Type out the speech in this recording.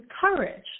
courage